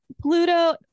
Pluto